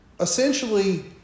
essentially